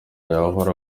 yahora